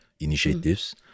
initiatives